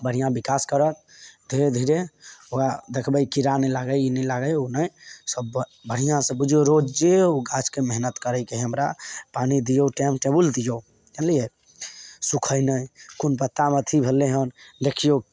बढ़िआँ विकास करत धीरे धीरे ओकरा देखबै कीड़ा नहि लागै ई नहि लागै ओ नहि सभ ब बढ़िआँसे बुझिऔ रोजे ओहि गाछके मेहनति करैके हइ हमरा पानी दिऔ टाइम टेबुल दिऔ जानलिए सुखै नहि कोन पत्तामे अथी भेलै हँ देखिऔ